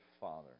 father